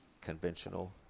conventional